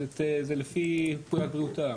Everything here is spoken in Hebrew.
זה לפי פקודת בריאות העם,